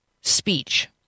speech